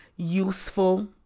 useful